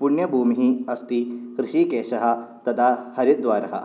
पुण्यभूमिः अस्ति हृशीकेशः तदा हरिद्वारः